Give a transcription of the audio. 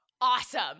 awesome